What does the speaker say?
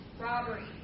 robbery